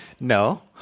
No